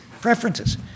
preferences